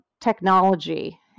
technology